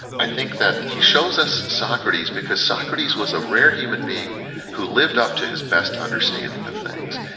i think that he shows us socrates because socrates was a rare human being who lived up to his best understanding of things.